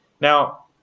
now